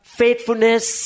faithfulness